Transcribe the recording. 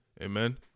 Amen